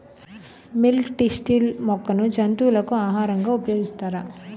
Milk thistle మొక్కను జంతువులకు ఆహారంగా ఉపయోగిస్తారా?